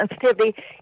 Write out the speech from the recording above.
sensitivity